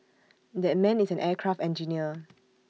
that man is an aircraft engineer